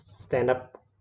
stand-up